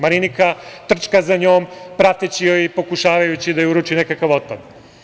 Marinika trčka za njom, prateći je i pokušavajući da joj uruči nekakav otpad.